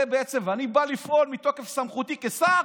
אני בא לפעול מתוקף סמכותי כשר,